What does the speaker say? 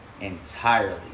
entirely